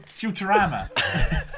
Futurama